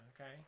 okay